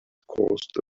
caused